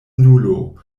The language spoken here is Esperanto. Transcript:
nulo